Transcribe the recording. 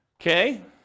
Okay